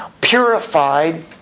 purified